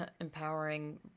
empowering